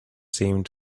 seemed